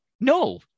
no